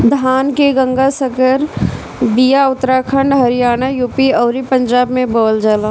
धान के गंगा संकर बिया उत्तराखंड हरियाणा, यू.पी अउरी पंजाब में बोअल जाला